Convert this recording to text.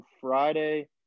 Friday